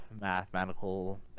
mathematical